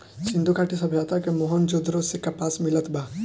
सिंधु घाटी सभ्यता के मोहन जोदड़ो से कपास मिलल बा